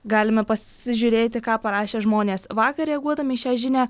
galime pasižiūrėti ką parašė žmonės vakar reaguodami į šią žinią